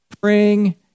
praying